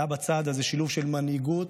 היה בצעד הזה שילוב של מנהיגות,